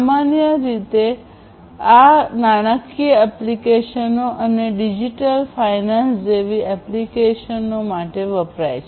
સામાન્ય આ રીતે નાણાકીય એપ્લિકેશનો અને ડિજિટલ ફાઇનાન્સ જેવી એપ્લિકેશનો માટે વપરાય છે